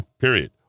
period